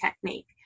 technique